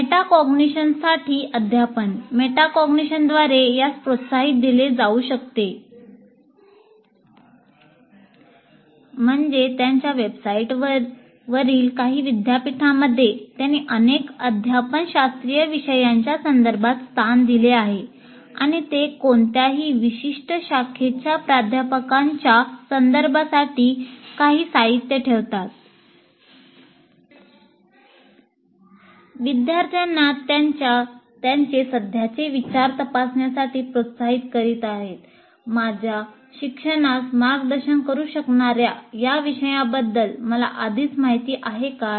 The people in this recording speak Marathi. मेटाकॉग्निशनसाठी अध्यापनः मेटाकॉग्निशनद्वारे यास प्रोत्साहन दिले जाऊ शकते विद्यार्थ्यांना त्यांचे सध्याचे विचार तपासण्यासाठी प्रोत्साहित करीत आहे माझ्या शिक्षणास मार्गदर्शन करू शकणार्या या विषयाबद्दल मला आधीच माहिती आहे काय